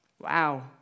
Wow